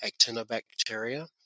Actinobacteria